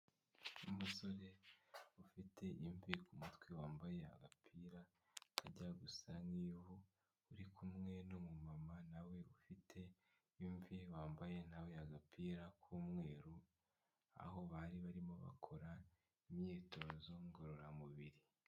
umusore ufite imvi kumutwe wambaye agapira kajya gusa n’ivu uri kumwe n’umumama nawe ufite imvi wambaye nawe agapira k'umweru aho bari barimo bakora imyitozo ngororamubiri